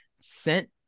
sent